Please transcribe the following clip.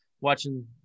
watching